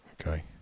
okay